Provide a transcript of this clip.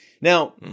Now